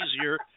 easier